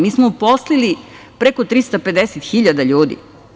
Mi smo uposlili preko 350.000 ljudi.